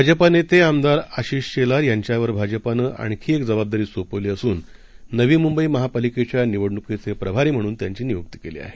भाजपानेतेआमदारआशिषशेलारयांच्यावरभाजपानंआणखीएकजबाबदारीसोपवलीअसून नवीमुंबईमहापालिकेच्यानिवडणूकीचेप्रभारीम्हणूनत्यांचीनियुक्तीकेलीआहे